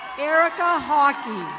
ericka hawky.